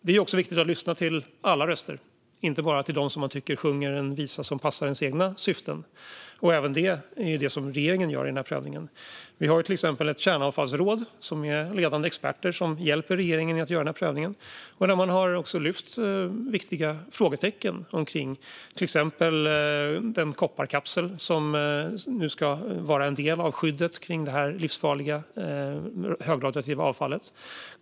Det är också viktigt att lyssna till alla röster, inte bara till dem som sjunger en visa som passar ens egna syften, och även det gör regeringen i den här prövningen. Vi har till exempel ett kärnavfallsråd, som består av ledande experter som hjälper regeringen att göra prövningen. De har lyft viktiga frågetecken kring exempelvis den kopparkapsel som ska vara en del av skyddet runt detta livsfarliga, högradioaktiva avfall.